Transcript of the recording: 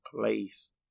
place